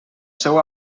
seu